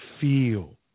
feel